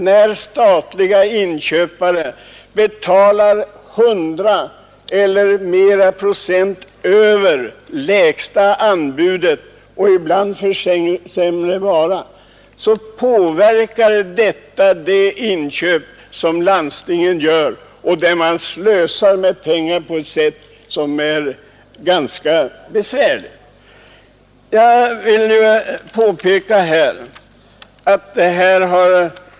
När statliga inköpare betalar 100 procent eller mer över lägsta anbudspriset och ibland för en sämre vara påverkar detta nämligen de inköp som landstingen gör — och jämväl de som kommunerna gör, förutsätter jag, men det känner jag sämre till. Detta är att slösa med pengar.